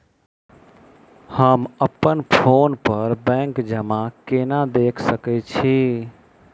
हम अप्पन फोन पर बैंक जमा केना देख सकै छी?